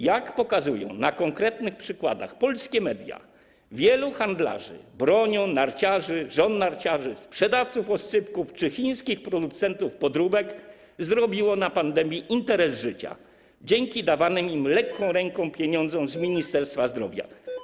Jak pokazują na konkretnych przykładach polskie media, wielu handlarzy bronią, narciarzy, wiele żon narciarzy, wielu sprzedawców oscypków czy chińskich producentów podróbek zrobiło na pandemii interes życia dzięki dawanym im lekką ręką pieniądzom z Ministerstwa Zdrowia.